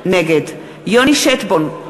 נגד יוני שטבון,